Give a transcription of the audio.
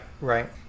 right